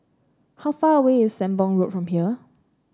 how far away is Sembong Road from here